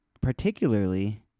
particularly